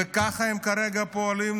וככה הם כרגע פועלים,